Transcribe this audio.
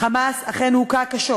"'חמאס' אכן הוכה קשות.